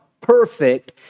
perfect